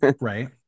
right